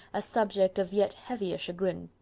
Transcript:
a subject of yet heavier chagrin.